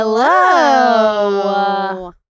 Hello